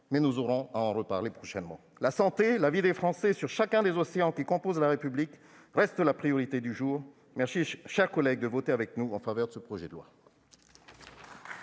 : nos économies locales souffrent également. La santé, la vie des Français sur chacun des océans qui composent la République restent les priorités du jour. Merci, chers collègues de voter avec nous en faveur de ce projet de loi.